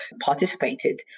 participated